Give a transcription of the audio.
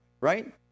Right